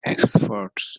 experts